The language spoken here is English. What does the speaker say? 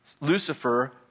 Lucifer